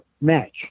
Match